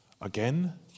again